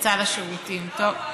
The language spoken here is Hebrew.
יצא לשירותים, טוב.